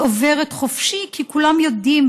// היא עוברת חופשית כי כולם יודעים